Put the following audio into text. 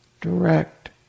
direct